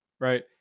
right